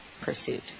pursuit